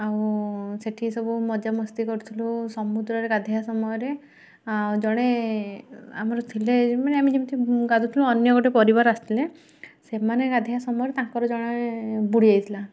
ଆଉ ସେଠି ସବୁ ମଜା ମସ୍ତି କରିଥିଲୁ ସମୁଦ୍ରରେ ଗାଧୋଇବା ସମୟରେ ଆଉ ଜଣେ ଆମର ଥିଲେ ଆମେ ଯେମିତି ଗାଧୋଉଥିଲୁ ଅନ୍ୟ ଗୋଟେ ପରିବାର ଆସିଥିଲେ ସେମାନେ ଗାଧୋଇବା ସମୟରେ ତାଙ୍କର ଜଣେ ବୁଡ଼ିଯାଇଥିଲା